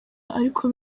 ariko